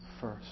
first